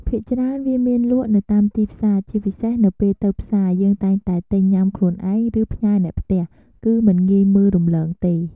ភាគច្រើន វាមានលក់នៅតាមទីផ្សារ ជាពិសេស នៅពេលទៅផ្សារ យើងតែងតែទិញញុាំខ្លួនឯង ឬផ្ញើអ្នកផ្ទះ គឺមិនងាយមើលរំលងទេ។